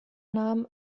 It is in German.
nahm